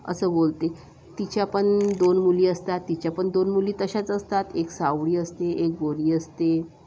असं बोलते तिच्या पण दोन मुली असतात तिच्या पण दोन मुली तशाच असतात एक सावळी असते एक गोरी असते